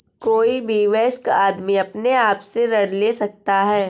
कोई भी वयस्क आदमी अपने आप से ऋण ले सकता है